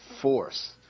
force